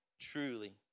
truly